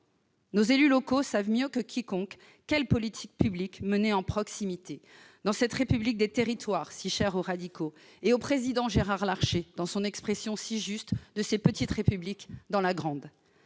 Les élus locaux savent mieux que quiconque quelle politique publique mener en proximité, dans cette République des territoires si chère aux radicaux et au président Gérard Larcher, qui a évoqué si justement ces « petites Républiques dans la grande